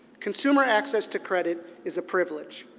consumer access to credit is a privilege,